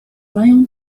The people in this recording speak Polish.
mają